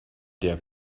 der